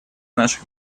наших